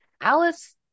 Alice